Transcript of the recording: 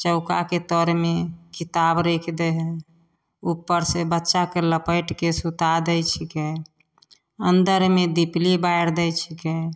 चौकाके तरमे किताब राखि दै हइ उपरसे बच्चाके लपेटिके सुता दै छिकै अन्दरमे दिपली बारि दै छिकै